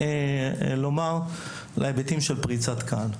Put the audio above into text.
לגבי היבטים של פריצת קהל.